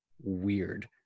weird